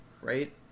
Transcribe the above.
right